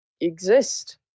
exist